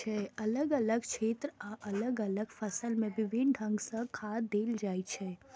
अलग अलग क्षेत्र आ अलग अलग फसल मे विभिन्न ढंग सं खाद देल जाइ छै